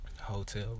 Hotel